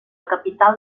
capital